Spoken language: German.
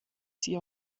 sie